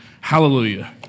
Hallelujah